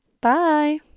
bye